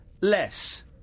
less